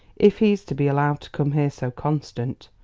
if he's to be allowed to come here so constant.